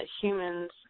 humans